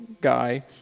guy